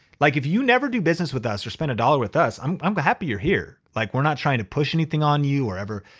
like if you never do business with us or spend a dollar with us, i'm i'm happy you're here. like we're not trying to push anything on you, whatever.